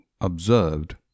observed